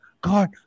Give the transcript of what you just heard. God